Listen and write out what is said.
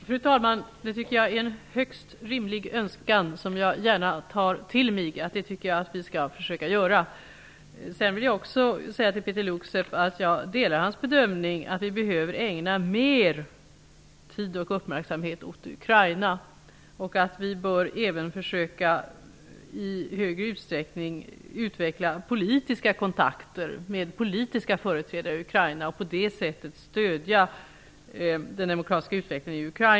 Fru talman! Det tycker jag är en högst rimlig önskan som jag gärna tar till mig. Det tycker jag att vi skall försöka göra. Sedan vill jag till Peeter Luksep säga att jag delar hans bedömning att vi behöver ägna mer tid och uppmärksamhet åt Ukraina. Vi bör även försöka att i högre utsträckning utveckla politiska kontakter med politiska företrädare i Ukraina och på det sättet stödja den demokratiska utvecklingen i Ukraina.